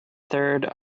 third